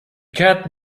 cat